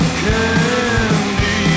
candy